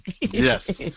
Yes